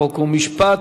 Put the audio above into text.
חוק ומשפט.